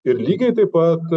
ir lygiai taip pat